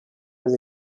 was